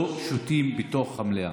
לא שותים בתוך המליאה.